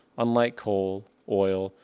unlike coal, oil,